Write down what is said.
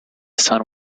sun